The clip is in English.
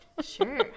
Sure